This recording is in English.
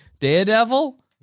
Daredevil